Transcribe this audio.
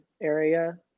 area